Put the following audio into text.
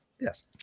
Yes